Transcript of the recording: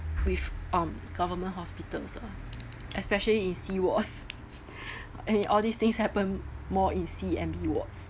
with um government hospitals ah especially in C wards and all these things happen more in C and B wards